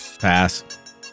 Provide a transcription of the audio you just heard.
Pass